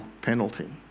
penalty